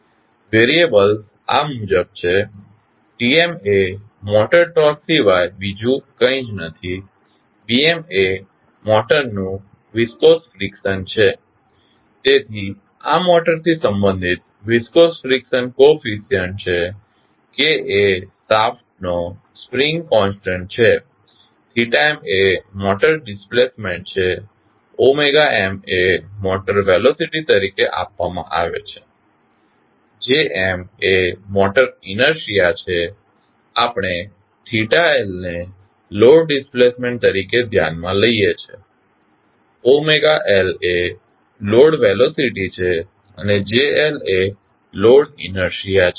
variables આ મુજબ છે Tm એ મોટર ટોર્ક સિવાય બીજું કંઈ જ નથી Bm એ મોટરનું વિસ્કોસ ફ્રીક્શન છે તેથી આ મોટરથી સંબંધિત વિસ્કોસ ફ્રીક્શન કોફીસ્યંટ છે K એ શાફ્ટ નો સ્પ્રિંગ કોન્સટંટ છે m એ મોટર ડિસ્પ્લેસમેન્ટ છે m એ મોટર વેલોસીટી તરીકે આપવામાં આવે છે Jm એ મોટર ઇનેર્શીઆ છે આપણે Lને લોડ ડિસ્પ્લેસમેન્ટ તરીકે ધ્યાનમાં લઇએ છીએ L એ લોડ વેલોસીટી છે અને JL એ લોડ ઇનેર્શીઆ છે